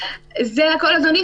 זה הכול, אדוני.